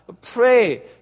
Pray